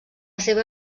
seva